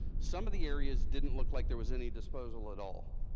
some of the areas didn't look like there was any disposal at all.